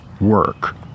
work